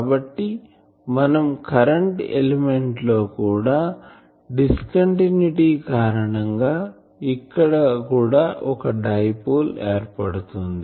కాబట్టి మనం current element లో కూడా డిస్కంటిన్యుటీ కారణంగా ఇక్కడ కూడా డైపోల్ ఏర్పడుతుంది